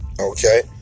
Okay